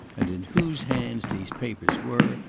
and in whose hands these papers were,